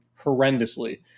horrendously